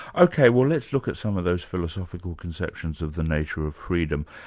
ok, well let's look at some of those philosophical conceptions of the nature of freedom.